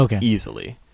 easily